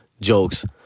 jokes